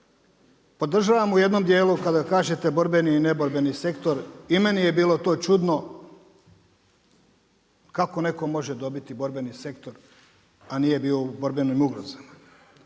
podržavam u jednom dijelu kada kažete borbeni i neborbeni sektor i meni je bilo to čudno kakao neko može dobiti borbeni sektor, a nije bio u borbenim ugrozama.